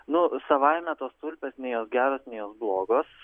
nu savaime tos tulpės nei jos geros nei jos blogos